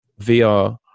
VR